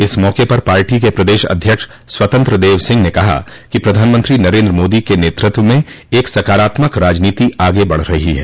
इस मौके पर पार्टी के प्रदेश अध्यक्ष स्वतंत्र देव सिंह ने कहा कि प्रधानमंत्री नरेन्द्र मोदी के नेतृत्व में एक सकारात्मक राजनीति आगे बढ़ रही है